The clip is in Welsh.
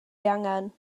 angen